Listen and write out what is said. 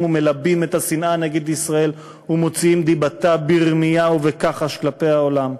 ומלבים את השנאה נגד ישראל ומוציאים דיבתה ברמייה ובכחש כלפי העולם.